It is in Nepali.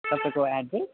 तपाईँको एड्रेस